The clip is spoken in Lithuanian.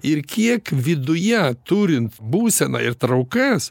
ir kiek viduje turint būseną ir traukas